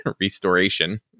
restoration